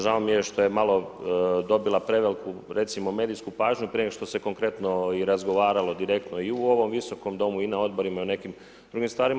Žao mi je što je malo dobila preveliku recimo medijsku pažnju, prije nego što se konkretno razgovaralo direktno i u ovom Viskom domu i na odborima i na nekim drugim stvarima.